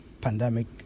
pandemic